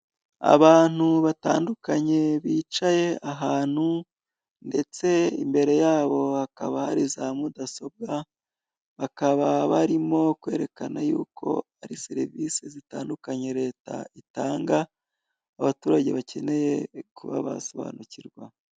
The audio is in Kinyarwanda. Abantu batandukanye bicaye ahantu, ndetse imbere yabo hakaba hari za mudasobwa, bakaba barimo kwerekana yuko ari serivisi zitandukanye leta itanga, abaturage bakeneye kuba basobanukirwa.